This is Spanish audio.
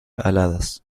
aladas